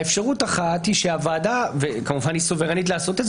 האפשרות האחת היא שהוועדה וכמובן היא סוברנית לעשות את זה